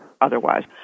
otherwise